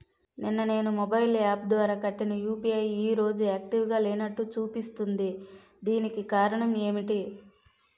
నిన్న నేను mobile app ద్వారా కట్టిన యు.పి.ఐ ఈ రోజు యాక్టివ్ గా లేనట్టు చూపిస్తుంది దీనికి కారణం ఏమిటి?